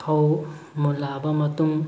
ꯐꯧ ꯃꯨꯜꯂꯛꯑꯕ ꯃꯇꯨꯡ